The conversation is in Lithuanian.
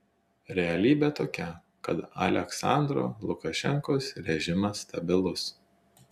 realybė tokia kad aliaksandro lukašenkos režimas stabilus